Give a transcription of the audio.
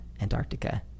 Antarctica